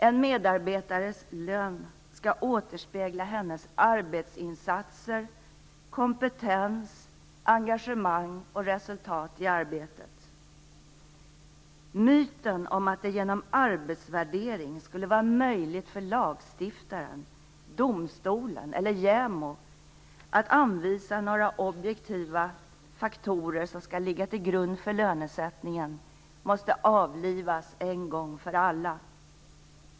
En medarbetares lön skall återspegla hennes arbetsinsatser, kompetens, engagemang och resultat i arbetet. Myten om att det genom arbetsvärdering skulle vara möjligt för lagstiftaren, domstolen eller JämO att anvisa några objektiva faktorer som skall ligga till grund för lönesättningen måste avlivas en gång för alla.